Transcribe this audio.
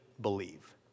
believe